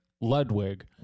Ludwig